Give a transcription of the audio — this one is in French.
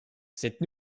cette